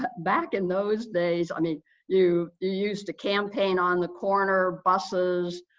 back in those days. i mean you used to campaign on the corner buses,